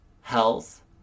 health